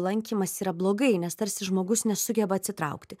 lankymas yra blogai nes tarsi žmogus nesugeba atsitraukti